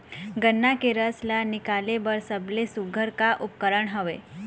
गन्ना के रस ला निकाले बर सबले सुघ्घर का उपकरण हवए?